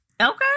Okay